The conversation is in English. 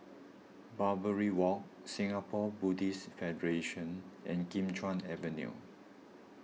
Barbary Walk Singapore Buddhist Federation and Kim Chuan Avenue